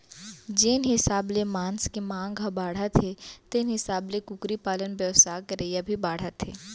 जेन हिसाब ले मांस के मांग ह बाढ़त हे तेन हिसाब ले कुकरी पालन बेवसाय करइया भी बाढ़त हें